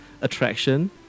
attraction